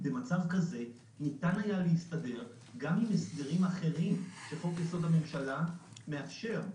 במצב כזה ניתן היה להסתדר גם עם הסדרים אחרים שחוק-יסוד: הממשלה מאפשר,